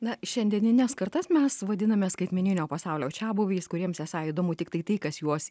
na šiandienines kartas mes vadiname skaitmeninio pasaulio čiabuviais kuriems esą įdomu tiktai tai kas juos